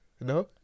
No